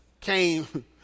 came